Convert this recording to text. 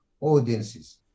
audiences